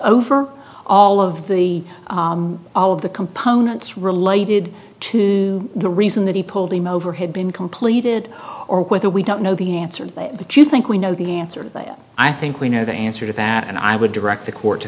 over all of the all of the components related to the reason that he pulled him over had been completed or whether we don't know the answer but you think we know the answer i think we know the answer to that and i would direct the court to